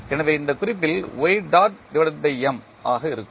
எனவே இந்த குறிப்பில் y டாட்M ஆக இருக்கும்